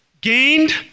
gained